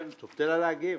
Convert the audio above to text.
תן לה לומר.